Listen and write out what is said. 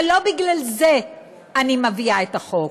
אבל לא בגלל זה אני מביאה את החוק.